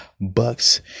bucks